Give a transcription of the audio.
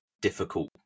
difficult